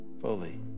fully